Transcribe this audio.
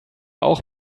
auch